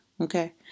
Okay